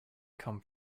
come